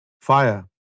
fire